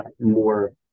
more